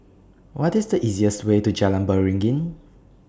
What IS The easiest Way to Jalan Beringin